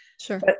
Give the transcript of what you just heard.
Sure